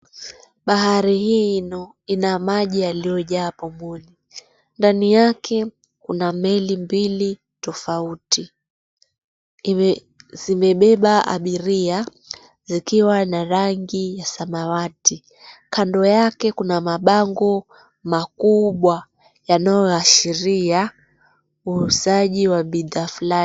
Bahari hii ni ina maji yaliyojaa pamoja, ndani yake kuna meli mbili tofauti. Zimebeba abiria zikiwa na rangi ya samawati. Kando yake kuna mabango makubwa yanayoashiria uuzaji wa bidhaa fulani.